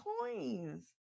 coins